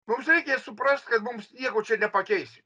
mums reikia suprast kad mums nieko čia nepakeisi